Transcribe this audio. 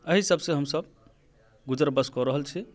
एहि सभ से हम सभ गुजर बस कऽ रहल छी